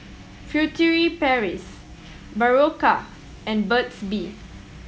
Furtere Paris Berocca and Burt's Bee